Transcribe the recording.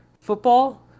football